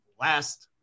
last